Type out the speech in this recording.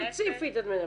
ספציפית את מדברת.